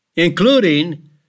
Including